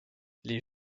les